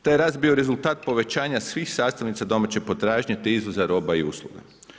Taj je rast bio rezultat povećanja svih sastavnica domaće potražnje te izvoza roba i usluga.